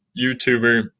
youtuber